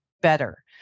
better